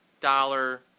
dollar